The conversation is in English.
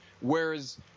whereas